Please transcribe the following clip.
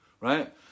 right